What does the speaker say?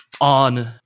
on